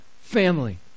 family